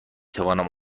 توانم